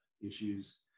issues